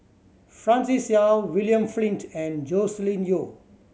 Francis Seow William Flint and Joscelin Yeo